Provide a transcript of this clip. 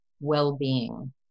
well-being